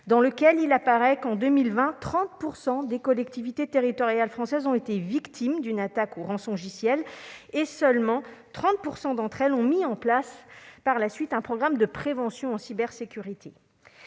dans lequel il apparaît que 30 % des collectivités territoriales françaises ont été victimes en 2020 d'une attaque par rançongiciel, et que seulement 30 % d'entre elles ont par la suite mis en place un programme de prévention en cybersécurité.